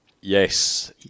Yes